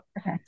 Okay